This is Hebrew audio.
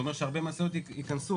זה יגרום להרבה משאיות להיכנס.